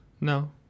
No